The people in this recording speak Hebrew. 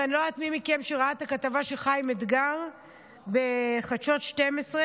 ואני לא יודעת מי מכם ראה את הכתבה של חיים אתגר בחדשות 12,